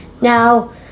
Now